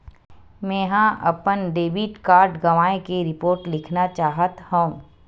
मेंहा अपन debit card गवाए के रिपोर्ट लिखना चाहत हव